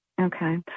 Okay